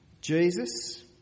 Jesus